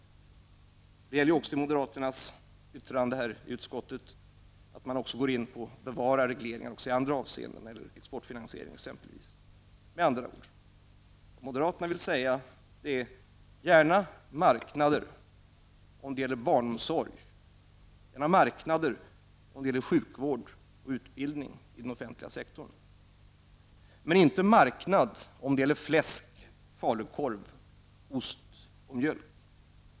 Det gäller även moderaternas yttrande i utskottet, att de också går in för att bevara regleringar även i andra avseenden, t.ex. när det gäller exportfinansiering. Vad moderaterna vill säga är med andra ord: Gärna marknader om det gäller barnomsorg, och gärna marknader om det gäller sjukvård och utbildning inom den offentliga sektorn, men inte marknader om det gäller fläsk, falukorv, ost och mjölk.